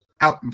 out